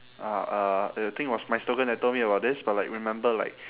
ah uh I think it was mystogan that told me about this but like remember like